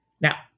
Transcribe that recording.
Now